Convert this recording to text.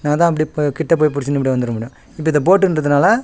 அதனால் தான் அப்படி கிட்டப் போய் பிடிச்சின்னு இப்படியே வந்துட முடியும் இப்போ இது போட்டுன்றதனால